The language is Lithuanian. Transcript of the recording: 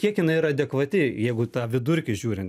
kiek jinai yra adekvati jeigu tą vidurkį žiūrint